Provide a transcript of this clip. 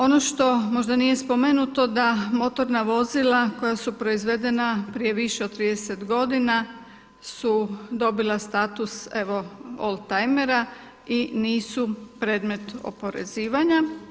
Ono što možda nije spomenuto da motorna vozila koja su proizvedena prije više od 30 godina su dobila status evo oldtajmera i nisu predmet oporezivanja.